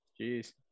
Jeez